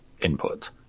input